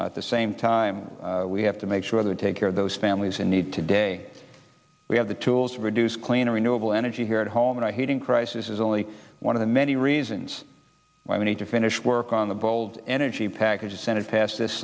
at the same time we have to make sure they take care of those families in need today we have the tools to reduce cleaner renewable energy here at home and heating crisis is only one of the many reasons why we need to finish work on the bold energy package the senate passed this